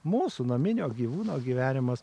mūsų naminio gyvūno gyvenimas